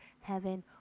heaven